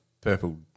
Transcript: purple